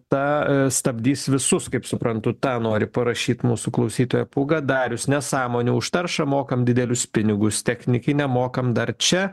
tą stabdys visus kaip suprantu tą nori parašyt mūsų klausytojo pūga darius nesąmonę už taršą mokam didelius pinigus technikiam mokam dar čia